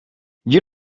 you